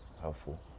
helpful